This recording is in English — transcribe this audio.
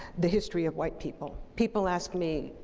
the history of white people. people ask me,